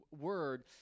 word